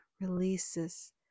releases